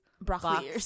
Broccoli